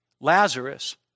Lazarus